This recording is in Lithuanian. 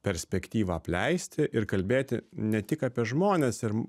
perspektyvą apleisti ir kalbėti ne tik apie žmones ir